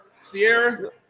sierra